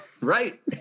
Right